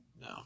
No